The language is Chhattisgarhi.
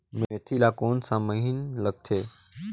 मेंथी ला कोन सा महीन लगथे?